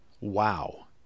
wow